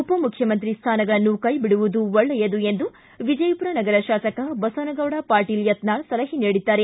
ಉಪಮುಖ್ಯಮಂತ್ರಿ ಸ್ಥಾನಗಳನ್ನು ಕೈ ಬಿಡುವುದು ಒಳ್ಳೆಯದು ಎಂದು ವಿಜಯಪುರ ನಗರ ತಾಸಕ ಬಸನಗೌಡ ಪಾಟೀಲ್ ಯತ್ನಾಳ್ ಸಲಹೆ ನೀಡಿದ್ದಾರೆ